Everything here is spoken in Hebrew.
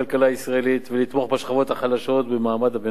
הישראלית ולתמוך בשכבות החלשות ובמעמד הביניים.